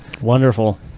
Wonderful